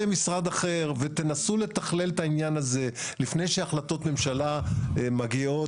משרד אחד ותנסו לתכלל את העניין הזה לפני שהחלטות ממשלה מגיעות